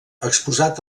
exposat